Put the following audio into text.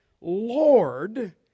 Lord